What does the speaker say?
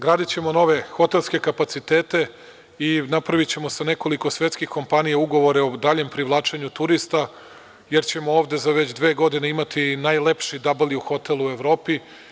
Gradićemo nove hotelske kapacitete i napravićemo sa nekoliko svetskih kompanija ugovore o daljem privlačenju turista jer ćemo ovde za već dve godine imati i najlepši „Dabl ju“ hotel u Beogradu.